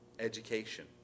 education